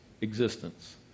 existence